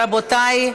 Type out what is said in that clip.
רבותיי,